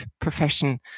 profession